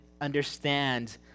understand